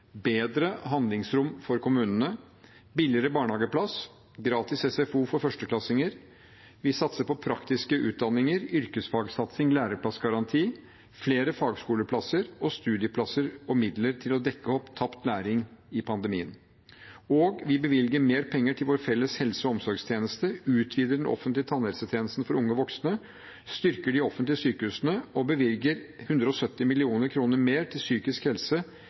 bedre handlingsrom for kommunene, billigere barnehageplass og gratis SFO for førsteklassinger. Vi satser på praktiske utdanninger med yrkesfagsatsing, læreplassgaranti, flere fagskoleplasser og studieplasser og midler til å dekke opp tapt læring i pandemien. Vi bevilger mer penger til vår felles helse- og omsorgstjeneste. Vi utvider den offentlige tannhelsetjenesten for unge voksne, styrker de offentlige sykehusene og bevilger 170 mill. kr mer til psykisk helse